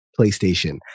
PlayStation